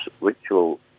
ritual